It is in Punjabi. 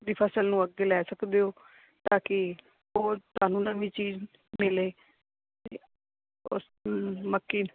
ਦੀ ਫ਼ਸਲ ਨੂੰ ਅੱਗੇ ਲੈ ਸਕਦੇ ਓ ਤਾਂ ਕੀ ਉਹ ਧਾਨੂੰ ਨਮੀ ਚੀਜ ਮਿਲੇ ਤੇ ਉਸ ਮੱਕੀ